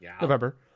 November